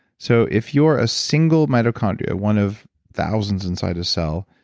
so if you're a single mitochondria, one of thousands inside a cell,